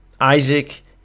Isaac